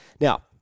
Now